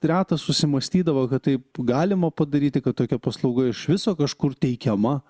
retas susimąstydavo kad taip galima padaryti kad tokia paslauga iš viso kažkur teikiama